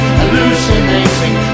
hallucinating